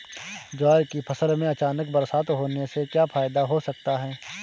ज्वार की फसल में अचानक बरसात होने से क्या फायदा हो सकता है?